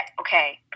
okay